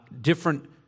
different